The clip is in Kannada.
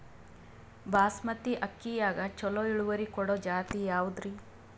ಬಾಸಮತಿ ಅಕ್ಕಿಯಾಗ ಚಲೋ ಇಳುವರಿ ಕೊಡೊ ಜಾತಿ ಯಾವಾದ್ರಿ?